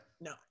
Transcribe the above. No